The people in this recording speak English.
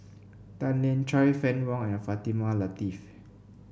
Tan Lian Chye Fann Wong and Fatimah Lateef